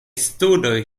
studoj